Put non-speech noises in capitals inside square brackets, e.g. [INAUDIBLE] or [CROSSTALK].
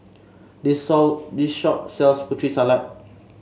this [UNINTELLIGIBLE] this shop sells Putri Salad